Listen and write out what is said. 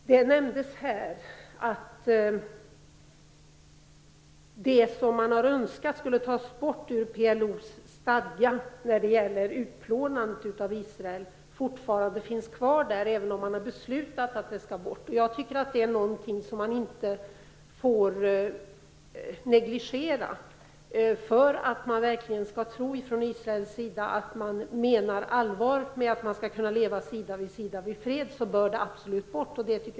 Det nämndes här att det som man hade önskat skulle tas bort ur PLO:s stadgar när det gäller utplånandet av Israel fortfarande finns kvar, även om det har beslutats att det skall tas bort. Jag tycker att det är någonting som man inte får negligera. För att israelerna verkligen skall tro att palestinierna menar allvar med att man skall kunna leva sida vid sida i fred måste det absolut bort ur PLO-stadgan.